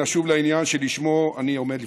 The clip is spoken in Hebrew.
נשוב לעניין שלשמו אני עומד לפניכם.